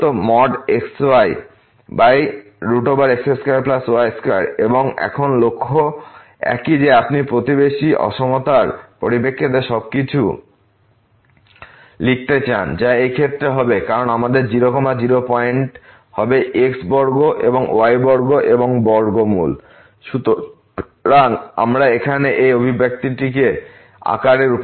x2y2 এবং এখন লক্ষ্য একই যে আপনি প্রতিবেশী অসমতার পরিপ্রেক্ষিতে সবকিছু লিখতে চান যা এই ক্ষেত্রে হবে কারণ আমাদের 0 0 পয়েন্ট হবে x বর্গ এবং y বর্গ এবং বর্গমূল সুতরাং আমরা এখন এই অভিব্যক্তিটিকেআকারে রূপান্তর করব x2y2